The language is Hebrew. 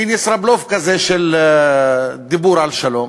מין ישראבלוף כזה של דיבור על שלום.